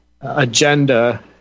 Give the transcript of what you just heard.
agenda